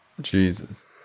Jesus